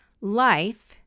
Life